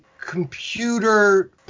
computer